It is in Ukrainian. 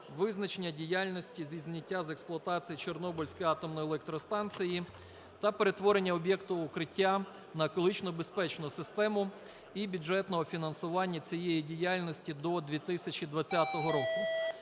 визначення діяльності зі зняття з експлуатації Чорнобильської атомної електростанції та перетворення об'єкту "Укриття" на екологічно безпечну систему і бюджетного фінансування цієї діяльності до 2020 року.